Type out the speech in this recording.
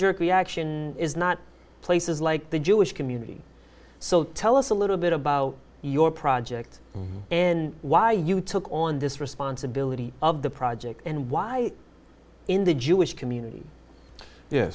jerk reaction is not places like the jewish community so tell us a little bit about your project and why you took on this responsibility of the project and why in the jewish community